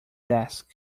desk